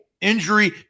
Injury